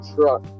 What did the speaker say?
truck